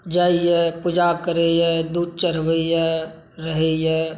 जाइया पूजा करैया दूध चढ़बैया रहैए